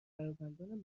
فرزندان